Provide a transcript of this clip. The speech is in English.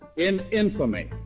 in infamy.